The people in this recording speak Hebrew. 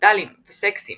ונדלים וסקסים